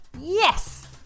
Yes